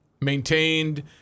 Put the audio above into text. Maintained